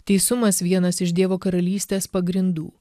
teisumas vienas iš dievo karalystės pagrindų